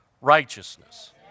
righteousness